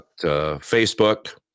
Facebook